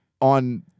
on